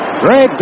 Great